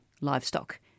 livestock